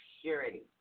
purity